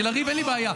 כי לריב אין לי בעיה.